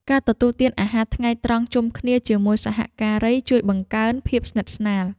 ការទទួលទានអាហារថ្ងៃត្រង់ជុំគ្នាជាមួយសហការី ជួយបង្កើនភាពស្និទ្ធស្នាល។